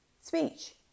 speech